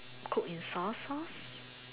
cook in soy sauce